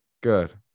good